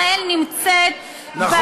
ישראל נמצאת בין מדינות זה האמת שלך,